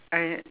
I